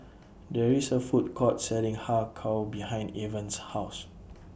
There IS A Food Court Selling Har Kow behind Evans' House